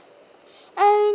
um